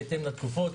בהתאם לתקופות.